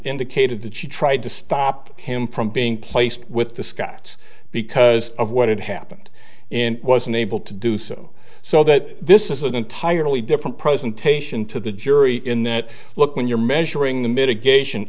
indicated that she tried to stop him from being placed with the scotts because of what had happened in was unable to do so so that this is an entirely different presentation to the jury in that look when you're measuring the mitigation